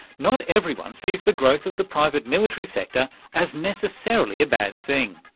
not everyone sees the growth of the private military sector as necessarily a bad thing.